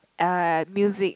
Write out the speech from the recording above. ya music